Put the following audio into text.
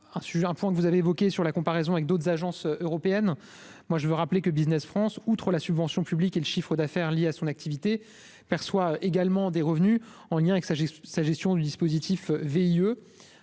un point que vous avez évoqués sur la comparaison avec d'autres agences européennes, moi, je veux rappeler que Business France outre la subvention publique, et le chiffre d'affaires liées à son activité perçoit également des revenus en lien avec sagesse, sa gestion du dispositif VIE